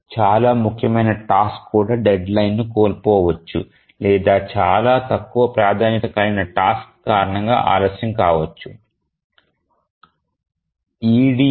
చాలా ముఖ్యమైన టాస్క్ కూడా డెడ్లైన్ ను కోల్పోవచ్చు లేదా చాలా తక్కువ ప్రాధాన్యత కలిగిన టాస్క్ కారణంగా ఆలస్యం కావచ్చు